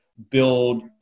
build